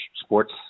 sports